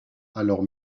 alors